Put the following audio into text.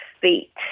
feet